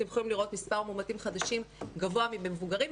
אתם יכולים לראות מספר מאומתים חדשים גבוה מבמבוגרים,